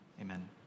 Amen